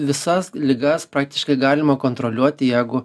visas ligas praktiškai galima kontroliuoti jeigu